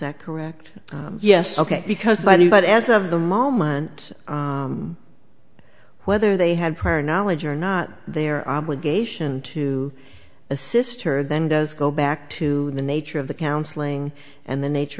that correct yes ok because i knew but as of the moment whether they had prior knowledge or not their obligation to assist her then does go back to the nature of the counseling and the nature